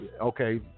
Okay